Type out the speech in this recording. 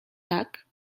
tak